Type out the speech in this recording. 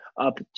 up